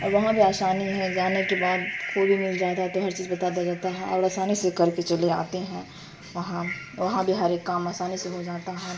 اور وہاں بھی آسانی ہے جانے کے بعد کوئی بھی مل جاتا ہے تو ہر چیز بتا دیا جاتا ہے اور آسانی سے کر کے چلے آتے ہیں وہاں وہاں بھی ہر ایک کام آسانی سے ہو جاتا ہے